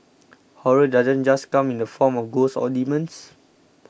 horror doesn't just come in the form of ghosts or demons